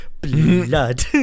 blood